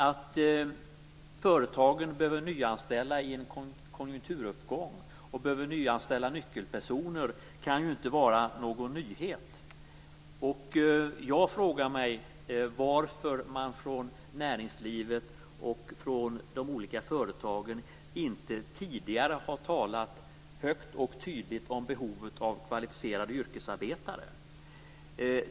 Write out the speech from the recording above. Att företagen behöver nyanställa i en konjunkturuppgång, att de behöver nyanställa nyckelpersoner kan ju inte vara någon nyhet. Jag frågar mig varför man från näringslivet och från de olika företagen inte tidigare har talat högt och tydligt om behovet av kvalificerade yrkesarbetare.